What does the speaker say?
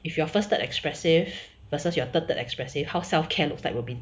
if your first third expressive versus your third third expressive how self care looks like will be